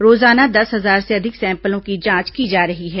रोजाना दस हजार से अधिक सैंपलों की जांच की जा रही है